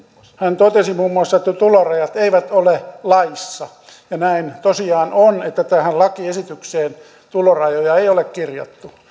hän totesi muun muassa että tulorajat eivät ole laissa ja näin tosiaan on että tähän lakiesitykseen tulorajoja ei ole kirjattu